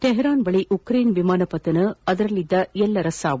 Tehran ಬಳಿ Ukraine ವಿಮಾನ ಪತನ ಅದರಲ್ಲಿದ್ದ ಎಲ್ಲರ ಸಾವು